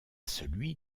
celui